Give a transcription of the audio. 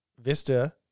Vista